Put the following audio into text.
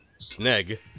Sneg